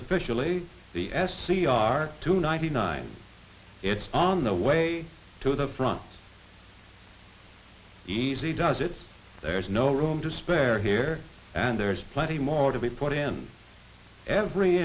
officially the s c r two ninety nine it's on the way to the front easy does it there's no room to spare here and there is plenty more to be put in every